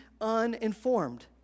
uninformed